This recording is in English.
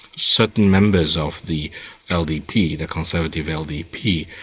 certain members of the ldp, the conservative ldp,